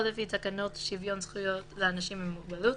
או לפי תקנות שוויון זכויות לאנשים עם מוגבלות